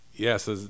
Yes